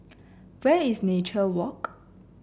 where is Nature Walk